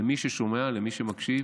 למי ששומע, למי שמקשיב,